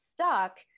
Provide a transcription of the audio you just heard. stuck